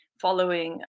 following